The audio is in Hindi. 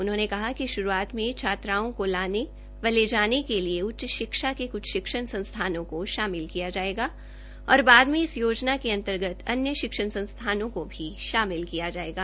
उन्होंने कहा कि श्रूआत में छात्राओं को लाने व ले जाने के लिए उच्च शिक्षा के क्छ शिक्षण संस्थानों को शामिल किया जाएगा और बाद में इस योजना के अन्तर्गत अन्य शिक्षण संस्थानों को भी शामिल किया जाएगा